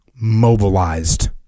mobilized